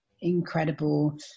incredible